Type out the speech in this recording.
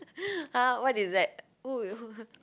!huh! what is that